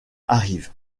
arrivent